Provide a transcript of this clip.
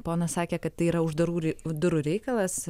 ponas sakė kad tai yra uždarų rei durų reikalas